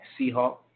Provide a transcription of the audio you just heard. Seahawk